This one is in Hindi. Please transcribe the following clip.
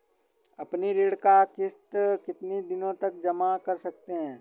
अपनी ऋण का किश्त कितनी दिनों तक जमा कर सकते हैं?